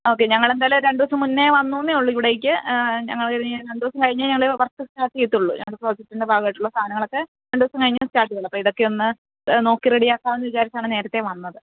okay ഞങ്ങളെന്തായാലുമൊരു രണ്ടു ദിവസം മുന്നേ വന്നു എന്നേ ഉള്ളൂ ഇവിടേക്ക് ഞങ്ങളിനി രണ്ടു ദിവസം കഴിഞ്ഞേ ഞങ്ങള് വര്ക്ക് സ്റ്റാര്ട്ടെയ്യത്തുള്ളൂ ഞങ്ങളുടെ പ്രോജക്റ്റിന്റെ ഭാഗമായിട്ടുള്ള സാധനങ്ങളൊക്കെ രണ്ടു ദിവസം കഴിഞ്ഞേ സ്റ്റാട്ടേയ്യുള്ളു അപ്പോള് ഇതൊക്കെയൊന്ന് നോക്കി റെഡിയാക്കാമെന്നു വിചാരിച്ചാണു നേരത്തേ വന്നത്